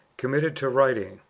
committed to writing,